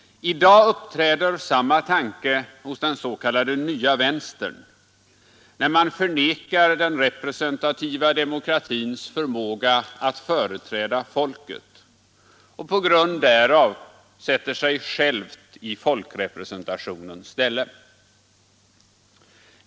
I dag uppträder samma tanke hos den s.k. nya vänstern, när man förnekar den representativa demokratins förmåga att företräda folket och på grund därav sätter sig själv i folkrepresentationens ställe.